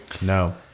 No